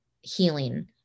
healing